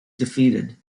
defeated